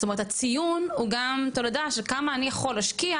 מה שאומר שהציון הוא תולדה של כמה אני יכול להשקיע